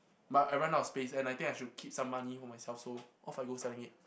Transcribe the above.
but I ran out of space and I think I should keep some money for myself so off I go selling it